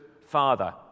father